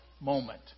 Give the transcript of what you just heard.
moment